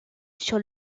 sur